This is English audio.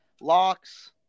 Locks